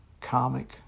karmic